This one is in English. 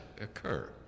occur